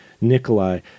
Nikolai